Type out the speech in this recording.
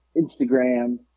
Instagram